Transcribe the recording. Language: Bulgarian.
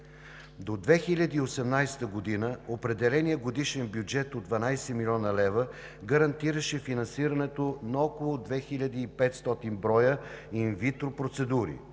До 2018 г. определеният годишен бюджет от 12 млн. лв. гарантираше финансирането на около 2 хиляди 500 броя инвитро процедури.